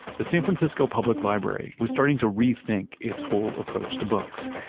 the san francisco public library was starting to rethink its whole approach to books,